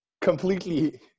completely